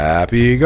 Happy